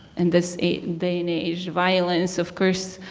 and this day in age. violence of course,